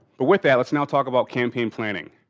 but with that let's now talk about campaign planning.